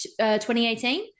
2018